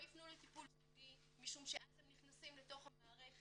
הם לא יפנו לטיפול זוגי משום שאז הם נכנסים לתוך המערכת